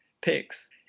picks